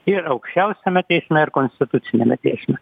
ir aukščiausiame teisme ir konstituciniame teisme